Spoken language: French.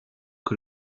que